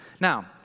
Now